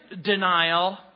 denial